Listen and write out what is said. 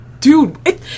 Dude